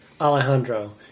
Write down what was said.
Alejandro